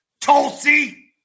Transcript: Tulsi